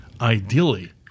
Ideally